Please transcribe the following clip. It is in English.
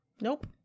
Nope